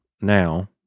now